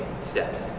steps